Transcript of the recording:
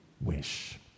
wish